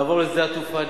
נעבור לשדה התעופה,